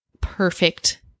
perfect